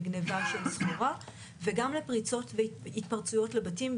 לגניבה של --- וגם לפריצות והתפרצויות לבתים.